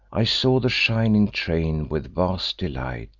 i saw the shining train with vast delight,